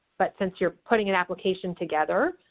but since you're putting an application together,